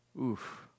Oof